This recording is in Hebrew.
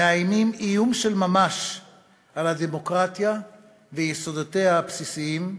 מאיימים איום של ממש על הדמוקרטיה ויסודותיה הבסיסיים.